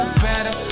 better